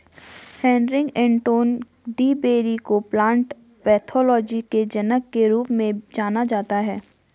Heinrich Anton de Bary को plant pathology के जनक के रूप में जाना जाता है